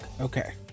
Okay